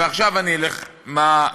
ועכשיו אני אלך לעניין.